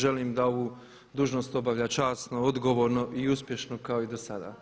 Želim da ovu dužnost obavlja časno, odgovorno i uspješno kao i do sada.